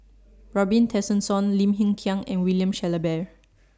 Robin Tessensohn Lim Hng Kiang and William Shellabear